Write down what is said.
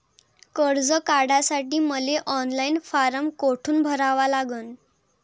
कर्ज काढासाठी मले ऑनलाईन फारम कोठून भरावा लागन?